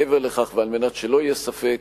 מעבר לכך, ועל מנת שלא יהיה ספק,